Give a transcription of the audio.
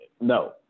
no